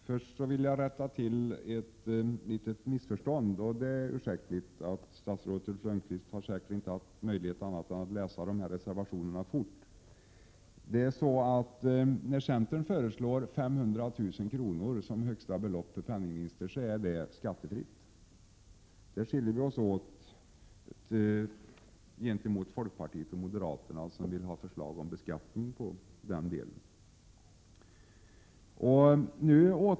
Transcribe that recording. Herr talman! Först vill jag rätta till ett litet missförstånd. Det är ursäktligt. Statsrådet Ulf Lönnqvist har säkert inte haft någon annan möjlighet än att läsa dessa reservationer fort. När centern föreslår 500 000 kr. som högsta belopp för penningvinst, är det ett skattefritt belopp. Där skiljer vi oss från folkpartiet och moderaterna, som vill ha förslag om beskattning av vinsten.